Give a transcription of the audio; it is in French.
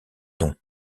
nom